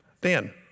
Dan